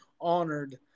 honored